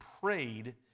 prayed